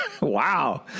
Wow